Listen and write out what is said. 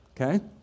Okay